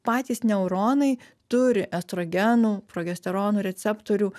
patys neuronai turi estrogenų progesteronų receptorių